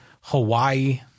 Hawaii